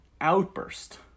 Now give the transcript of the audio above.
outburst